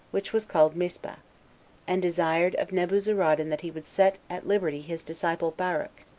which was called mispah and desired of nebuzaradan that he would set at liberty his disciple baruch,